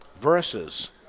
versus